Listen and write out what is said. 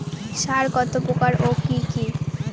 সার কত প্রকার ও কি কি?